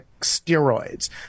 steroids